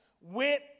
went